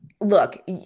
Look